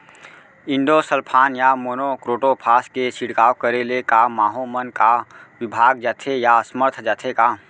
Endosulfan या monocrotophos के छिड़काव करे ले क माहो मन का विभाग जाथे या असमर्थ जाथे का?